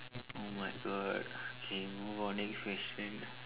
oh my God okay move on next question